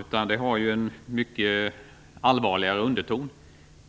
utan det har en mycket allvarligare underton.